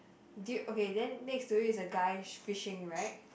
dude okay then next to it is a guy sh~ fishing right